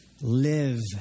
live